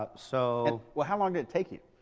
ah so well, how long did it take you?